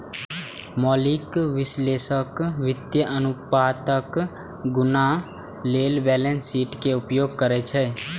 मौलिक विश्लेषक वित्तीय अनुपातक गणना लेल बैलेंस शीट के उपयोग करै छै